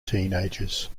teenagers